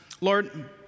Lord